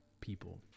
people